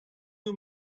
you